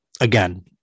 again